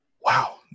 wow